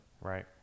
right